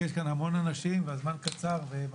כי יש כאן המון אנשים והזמן קצר והמלאכה מרובה.